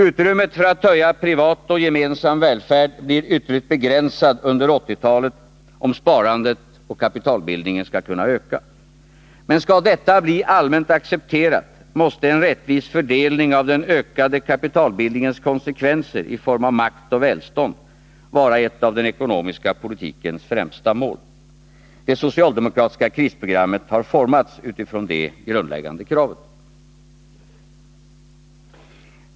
Utrymmet för att höja privat och gemensam välfärd blir ytterligt begränsat under 1980-talet om sparandet och kapitalbildningen skall kunna öka. Men skall detta bli allmänt accepterat, måste en rättvis fördelning av den ökade kapitalbildningens konsekvenser i form av makt och välstånd vara ett av den ekonomiska politikens främsta mål. Det socialdemokratiska krisprogrammet har formats utifrån det grundläggande kravet.